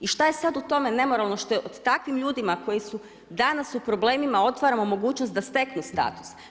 I što je sada u tome nemoralno što je takvim ljudima koji su danas u problemima otvaramo mogućnost da steknu status?